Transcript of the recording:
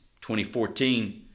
2014